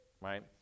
right